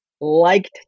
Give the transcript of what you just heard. liked